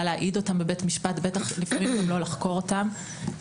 להעיד אותם בבית המשפט ולפעמים גם לא לחקור אותם.